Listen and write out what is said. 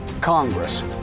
Congress